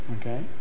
Okay